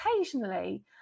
occasionally